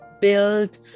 build